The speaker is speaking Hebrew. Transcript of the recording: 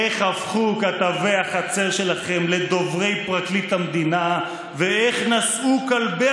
איך הפכו כתבי החצר שלכם לדוברי פרקליט המדינה ואיך נשאו כלבי